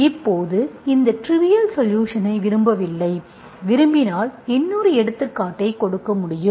இப்போது இந்த ட்ரிவியல் சொலுஷன்ஐ விரும்பவில்லை விரும்பினால் இன்னொரு எடுத்துக்காட்டை கொடுக்க முடியும்